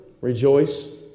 rejoice